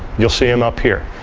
you'll see them up here.